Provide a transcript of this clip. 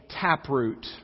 taproot